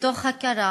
מתוך הכרה